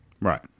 Right